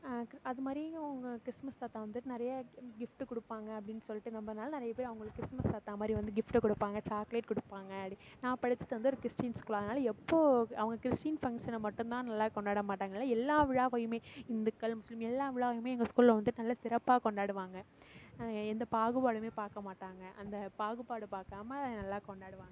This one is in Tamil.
அதுமாதிரியும் அவங்க கிறிஸ்துமஸ் தாத்தா வந்து நிறையா கிஃப்ட் கொடுப்பாங்க அப்படின்னு சொல்லிட்டு நம்பறதுனால நிறைய பேர் அவங்களுக்கு கிறிஸ்துமஸ் தாத்தா மாதிரி வந்து கிஃப்ட்டு கொடுப்பாங்க சாக்லேட் கொடுப்பாங்க அப்படி நான் படித்தது வந்து ஒரு கிறிஸ்டின் ஸ்கூலு அதனால் எப்போது அவங்க கிறிஸ்டின் ஃபங்ஷனை மட்டும்தான் நல்லா கொண்டாட மாட்டாங்கன்னு இல்லை எல்லா விழாவையுமே இந்துக்கள் முஸ்லிம் எல்லா விழாவையுமே எங்கள் ஸ்கூலில் வந்து நல்லா சிறப்பாக கொண்டாடுவாங்க எந்த பாகுபாடும் பார்க்க மாட்டாங்க அந்த பாகுபாடு பாக்காமல் நல்லா கொண்டாடுவாங்க